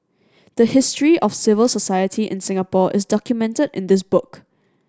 the history of civil society in Singapore is documented in this book